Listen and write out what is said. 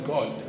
God